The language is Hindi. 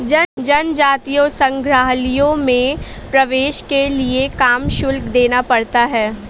जनजातीय संग्रहालयों में प्रवेश के लिए काम शुल्क देना पड़ता है